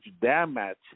damage